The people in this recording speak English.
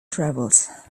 travels